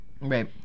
Right